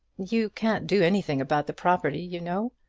you can't do anything about the property, you know.